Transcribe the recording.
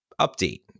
update